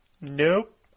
Nope